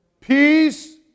peace